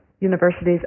universities